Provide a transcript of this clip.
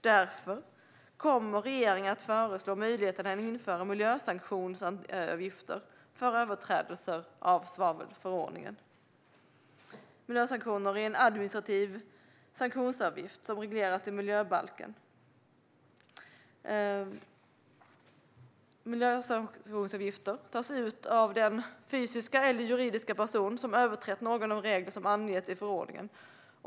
Därför kommer regeringen att föreslå möjligheten att införa miljösanktionsavgifter vid överträdelse av svavelförordningen. Miljösanktioner är en administrativ sanktionsavgift som regleras i miljöbalken och som tas ut av den fysiska eller juridiska person som överträtt någon av de regler som anges i förordningen.